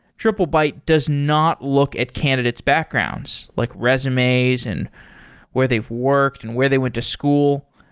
triplebyte does not look at candidate's backgrounds, like resumes and where they've worked and where they went to school.